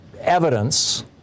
evidence